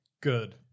good